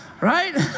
right